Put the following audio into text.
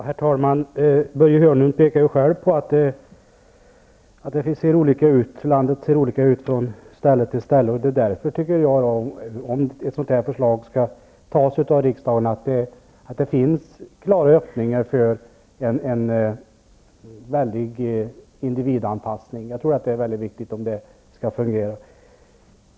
Herr talman! Börje Hörnlund påpekar själv att förhållandena är olika på olika ställen i landet, och det är därför jag menar att det är viktigt att det finns klara öppningar för en väldig individanpassning om förslaget skall antas av riksdagen. Jag tror att det är viktigt om det skall fungera.